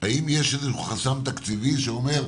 האם יש איזשהו חסם תקציבי שאומר,